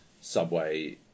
subway